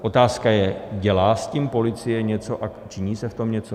Otázka je, dělá s tím policie něco a činí se v tom něco?